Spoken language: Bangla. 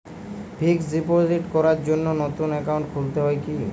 ফিক্স ডিপোজিট করার জন্য নতুন অ্যাকাউন্ট খুলতে হয় কী?